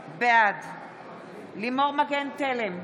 בעד לימור מגן תלם,